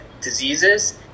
diseases